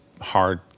hard